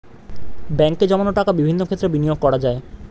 ব্যাঙ্কে জমানো টাকা বিভিন্ন ক্ষেত্রে বিনিয়োগ করা যায়